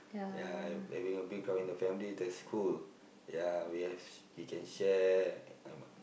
ya uh having a big crowd in a family that's cool ya we have we can share um